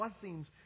blessings